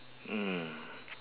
mm